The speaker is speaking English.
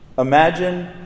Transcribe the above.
Imagine